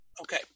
Okay